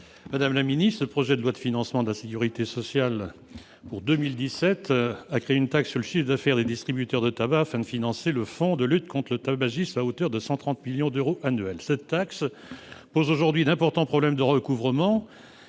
Jean-Marie Morisset. Le projet de loi de financement de la sécurité sociale pour 2017 a créé une taxe sur le chiffre d'affaires des distributeurs de tabac, afin de financer le fonds de lutte contre le tabagisme à hauteur de 130 millions d'euros par an. Cette taxe pose aujourd'hui d'importants problèmes de recouvrement